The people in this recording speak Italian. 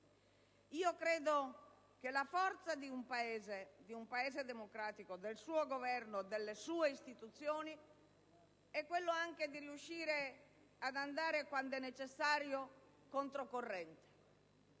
fa. Credo che la forza di un Paese democratico, del suo Governo e delle sue istituzioni sia anche quella di riuscire ad andare, quando necessario, controcorrente